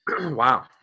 Wow